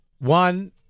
One